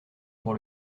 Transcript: pour